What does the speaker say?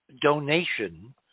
donation